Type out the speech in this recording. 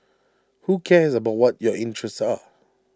who cares about what your interests are